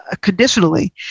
conditionally